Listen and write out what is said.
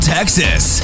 Texas